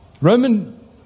Roman